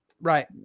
Right